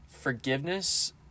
forgiveness